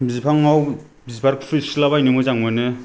बिफाङाव बिबार खुबैस्रिलाबायनो मोजां मोनो